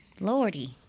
lordy